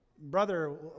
Brother